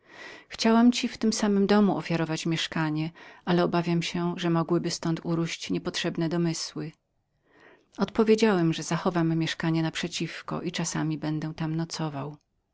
chciałam ci w tym samym domu ofiarować mieszkanie ale namyśliłam się że mogłyby ztąd urość niepotrzebne domysły odpowiedziałem że zachowam mieszkanie na przeciwko i czasami będę tam nocował